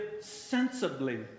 sensibly